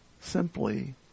simply